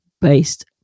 based